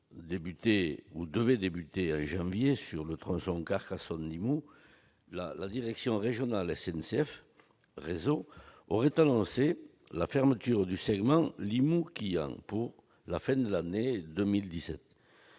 ceux-ci devaient débuter en janvier sur le tronçon Carcassonne-Limoux, la direction régionale de SNCF Réseau aurait planifié la fermeture du segment Limoux-Quillan pour la fin de l'année 2017.